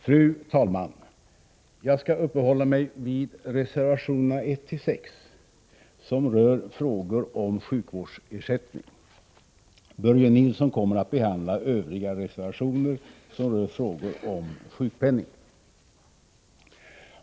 Fru talman! Jag skall uppehålla mig vid reservationerna 1-6 som rör frågor om sjukvårdsersättning. Börje Nilsson kommer att behandla övriga reservationer som rör frågor om sjukpenning.